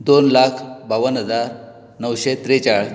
दोन लाख बावन हजार णवशें त्रेचाळ